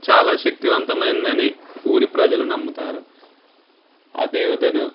చాలా శక్తివంతమైనది అని ఊరి ప్రజలు నమ్ముతారు ఆ దేవతను